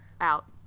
Out